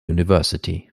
university